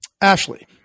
Ashley